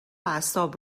اعصاب